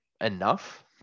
enough